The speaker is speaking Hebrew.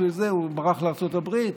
ברח לארצות הברית,